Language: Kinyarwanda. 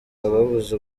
ababuze